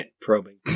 Probing